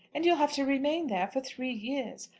and you'll have to remain there for three years.